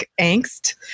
angst